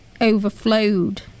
overflowed